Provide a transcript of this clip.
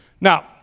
Now